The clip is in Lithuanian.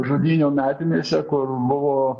žudynių metinėse kur buvo